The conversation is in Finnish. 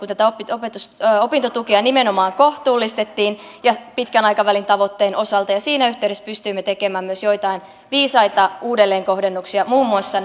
kuten tätä opintotukea nimenomaan kohtuullistettiin pitkän aikavälin tavoitteen osalta ja siinä yhteydessä pystyimme tekemään myös joitain viisaita uudelleenkohdennuksia muun muassa